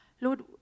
Lord